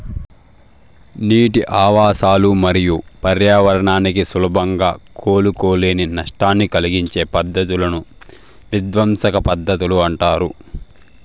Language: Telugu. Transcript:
నీటి ఆవాసాలు మరియు పర్యావరణానికి సులభంగా కోలుకోలేని నష్టాన్ని కలిగించే పద్ధతులను విధ్వంసక పద్ధతులు అంటారు